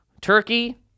Turkey